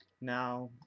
Now